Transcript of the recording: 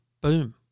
boom